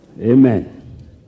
Amen